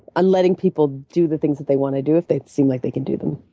ah letting people do the things that they want to do if they seem like they can do them.